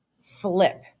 flip